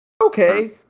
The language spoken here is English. Okay